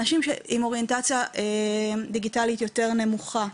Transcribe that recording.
אנשים עם אוריינטציה דיגיטלית יותר נמוכה,